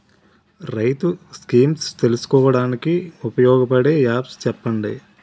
రైతులు స్కీమ్స్ తెలుసుకోవడానికి ఉపయోగపడే యాప్స్ చెప్పండి?